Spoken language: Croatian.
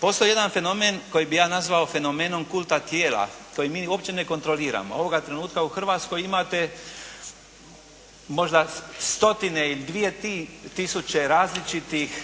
Postoji jedan fenomen koji bi ja nazvao fenomenom kulta tijela koji mi uopće ne kontroliramo. Ovoga trenutka u Hrvatskoj imate možda stotine ili dvije tisuće različitih